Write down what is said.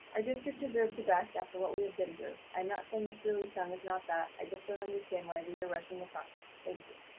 our district deserves the best after what we have been through. i'm not saying mr. lee-sung is not that, i just don't understand why we are rushing the process. thank you.